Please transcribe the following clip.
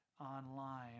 online